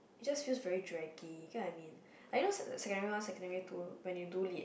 it just feels very draggy you get what I mean like those secondary one secondary two when you do lit